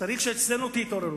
צריך שאצלנו תהיה התעוררות.